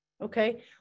Okay